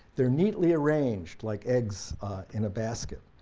they're neatly arranged like eggs in a basket,